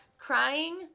crying